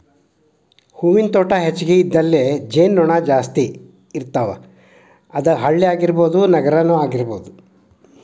ಹೂವಿನ ತೋಟಾ ಹೆಚಗಿ ಇದ್ದಲ್ಲಿ ಜೇನು ನೊಣಾ ಜಾಸ್ತಿ ಇರ್ತಾವ, ಅದ ಹಳ್ಳಿ ಆಗಿರಬಹುದ ನಗರಾನು ಆಗಿರಬಹುದು